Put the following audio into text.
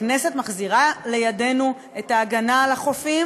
הכנסת מחזירה לידינו את ההגנה על החופים